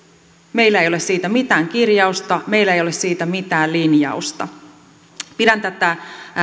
meillä ei ole siitä mitään kirjausta meillä ei ole siitä mitään linjausta pidän tätä